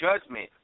judgment